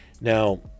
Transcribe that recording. now